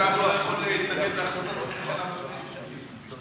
כי שר לא יכול להתנגד להחלטות הממשלה בכנסת.